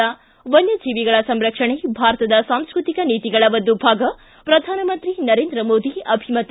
ಿ ವನ್ನಜೀವಿಗಳ ಸಂರಕ್ಷಣೆ ಭಾರತದ ಸಾಂಸ್ಟ್ರತಿಕ ನೀತಿಗಳ ಒಂದು ಭಾಗ ಪ್ರಧಾನಮಂತ್ರಿ ನರೇಂದ್ರ ಮೋದಿ ಅಭಿಮತ